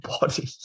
body